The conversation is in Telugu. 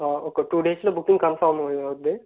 ఒక టూ డేస్లో బుకింగ్ కన్ఫర్మ్ అవ్వుద్ది